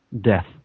death